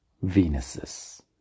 Venuses